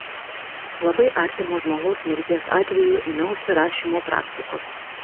labai artimo žmogaus mirties atveju ėmiausi rašymo praktikos